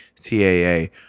TAA